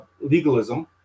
legalism